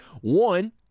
One